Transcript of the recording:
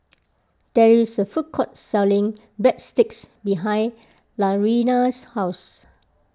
there is a food court selling Breadsticks behind Latrina's house